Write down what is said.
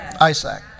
Isaac